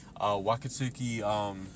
Wakatsuki